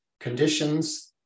conditions